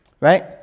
right